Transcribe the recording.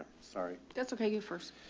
sorry. that's okay. you first.